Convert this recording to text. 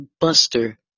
Buster